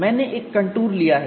मैंने एक कंटूर लिया है